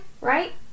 right